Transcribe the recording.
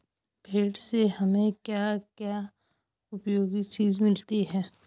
भेड़ से हमें क्या क्या उपयोगी चीजें मिलती हैं?